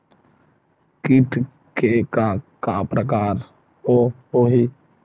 कीट के का का प्रकार हो होही?